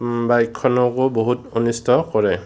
বাইকখনকো বহুত অনিষ্ট কৰে